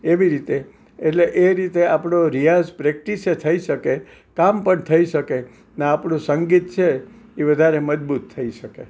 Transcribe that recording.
એવી રીતે એટલે એ રીતે આપણે રિયાસ પ્રેક્ટિસ એ થઈ શકે કામ પણ થઈ શકે ને આપણુ સંગીત છે એ વધારે મજબૂત થઈ શકે